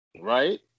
Right